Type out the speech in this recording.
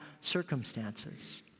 circumstances